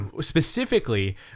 specifically